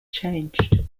changed